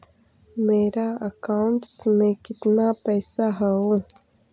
मेरा अकाउंटस में कितना पैसा हउ?